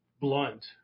blunt